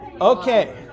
Okay